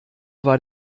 war